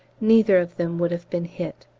neither of them would have been hit.